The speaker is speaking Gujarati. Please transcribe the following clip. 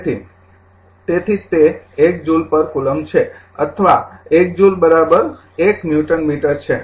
તેથી તેથી જ તે ૧ જૂલ પર કુલમ્બ છે અથવા ૧ જૂલ ૧ ન્યુટન મીટર છે